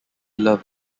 love